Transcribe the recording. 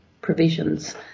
provisions